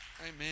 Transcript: Amen